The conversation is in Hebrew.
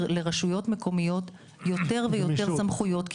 לרשויות מקומיות יותר ויותר סמכויות,